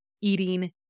eating